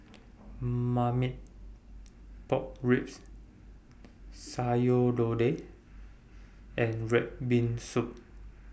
Marmite Pork Ribs Sayur Lodeh and Red Bean Soup